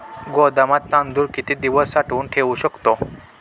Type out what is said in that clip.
गोदामात तांदूळ किती दिवस साठवून ठेवू शकतो?